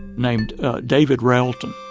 named david railton